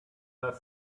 not